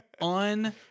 on